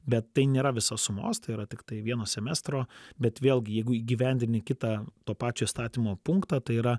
bet tai nėra visos sumos tai yra tiktai vieno semestro bet vėlgi jeigu įgyvendini kitą to pačio įstatymo punktą tai yra